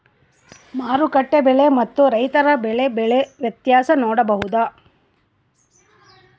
ಮಾರುಕಟ್ಟೆ ಬೆಲೆ ಮತ್ತು ರೈತರ ಬೆಳೆ ಬೆಲೆ ವ್ಯತ್ಯಾಸ ನೋಡಬಹುದಾ?